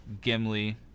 Gimli